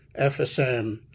FSM